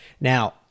now